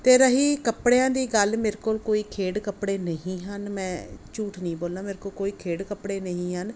ਅਤੇ ਰਹੀ ਕੱਪੜਿਆਂ ਦੀ ਗੱਲ ਮੇਰੇ ਕੋਲ ਕੋਈ ਖੇਡ ਕੱਪੜੇ ਨਹੀਂ ਹਨ ਮੈਂ ਝੂਠ ਨਹੀਂ ਬੋਲਾਂ ਮੇਰੇ ਕੋਲ ਕੋਈ ਖੇਡ ਕੱਪੜੇ ਨਹੀਂ ਹਨ